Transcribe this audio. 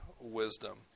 wisdom